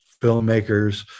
filmmakers